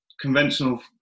conventional